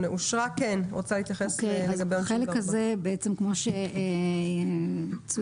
הצבעה אושר אין מתנגדים ואין נמנעים.